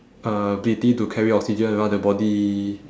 uh ability to carry oxygen around the body